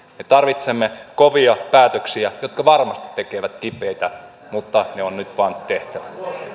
me tarvitsemme kovia päätöksiä jotka varmasti tekevät kipeää mutta ne on nyt vain tehtävä